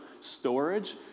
storage